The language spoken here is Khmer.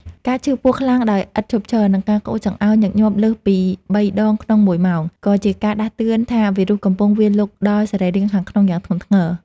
ការឈឺពោះខ្លាំងដោយឥតឈប់ឈរ និងការក្អួតចង្អោរញឹកញាប់លើសពីបីដងក្នុងមួយម៉ោង ក៏ជាការដាស់តឿនថាវីរុសកំពុងវាយលុកដល់សរីរាង្គខាងក្នុងយ៉ាងធ្ងន់ធ្ងរ។